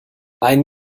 ein